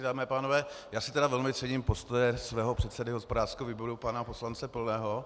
Dámy a pánové, já si velmi cením postoje svého předsedy hospodářského výboru pana poslance Pilného.